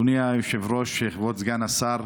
אדוני היושב-ראש, כבוד סגן השר.